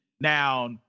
Now